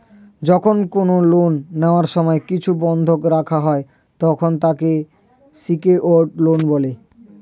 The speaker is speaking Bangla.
যখন কোন লোন নেওয়ার সময় কিছু বন্ধক রাখা হয়, তখন তাকে সিকিওরড লোন বলে